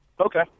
Okay